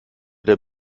der